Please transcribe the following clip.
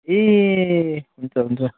ए हुन्छ हुन्छ